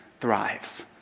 thrives